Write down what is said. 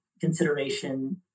consideration